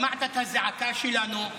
שמעת את הזעקה שלנו.